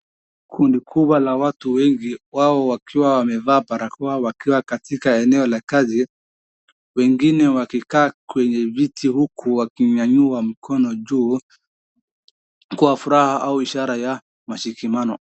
Kundi kubwa la watu wengi, wao wakiwa wamevaa barakoa wakiwa katika eneo la kazi. Wengine wakikaa kwenye viti huku wakinyanyua mkono juu kwa furaha au ishara ya mashikamano.